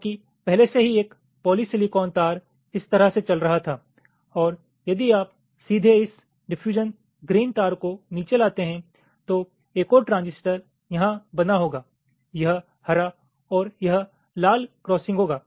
क्योंकि पहले से ही एक पॉलीसिलिकॉन तार इस तरह से चल रहा था और यदि आप सीधे इस डिफयूजन ग्रीन तार को नीचे लाते हैं तो एक और ट्रांजिस्टरयहां बना होगा यह हरा और यह लाल क्रॉसिंग होगा